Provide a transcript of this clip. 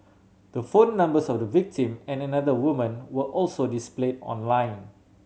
the phone numbers of the victim and another woman were also displayed online